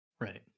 Right